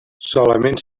solament